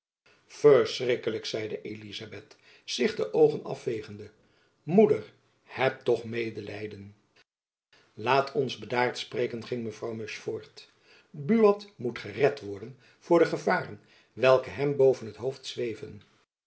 verschrikkelijk zeide elizabeth zich de oogen afvegende moeder heb toch medelijden laat ons bedaard spreken ging mevrouw musch voort buat moet gered worden voor de gevaren welke hem boven t hoofd zweven